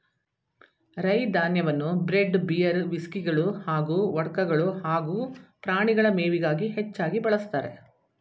ರೈ ಧಾನ್ಯವನ್ನು bread beer ವಿಸ್ಕಿಗಳು ಹಾಗೂ ವೊಡ್ಕಗಳು ಹಾಗೂ ಪ್ರಾಣಿಗಳ ಮೇವಿಗಾಗಿ ಹೆಚ್ಚಾಗಿ ಬಳಸ್ತಾರೆ